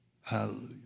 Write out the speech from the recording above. Hallelujah